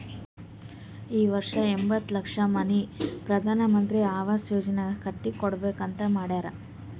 ಈ ವರ್ಷ ಎಂಬತ್ತ್ ಲಕ್ಷ ಮನಿ ಪ್ರಧಾನ್ ಮಂತ್ರಿ ಅವಾಸ್ ಯೋಜನಾನಾಗ್ ಕಟ್ಟಿ ಕೊಡ್ಬೇಕ ಅಂತ್ ಮಾಡ್ಯಾರ್